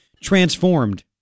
transformed